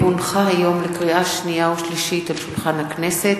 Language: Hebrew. כי הונחה היום על שולחן הכנסת,